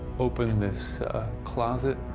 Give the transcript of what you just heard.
open this closet.